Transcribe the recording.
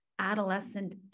adolescent